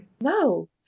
no